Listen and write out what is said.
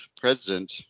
President